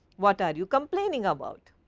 what are you complaining about?